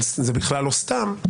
אבל זה בכלל לא סתם,